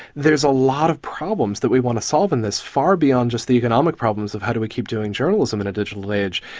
there is a lot of problems that we want to so stop in this, far beyond just the economic problems of how do we keep doing journalism in a digital age.